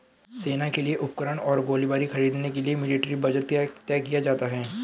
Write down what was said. सेना के लिए उपकरण और गोलीबारी खरीदने के लिए मिलिट्री बजट तय किया जाता है